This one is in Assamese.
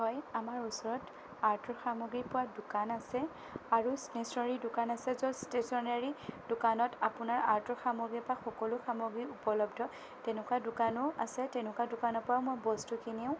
হয় আমাৰ ওচৰত আৰ্টৰ সামগ্ৰী পোৱা দোকান আছে আৰু ষ্টেশ্য়নেৰী দোকান আছে য'ত ষ্টেশ্য়নেৰী দোকানত আপোনাৰ আৰ্টৰ সামগ্ৰীৰ পৰা সকলো সামগ্ৰী উপলব্ধ তেনেকুৱা দোকানো আছে তেনেকুৱা দোকানৰ পৰাও মই বস্তু কিনোঁ